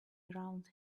around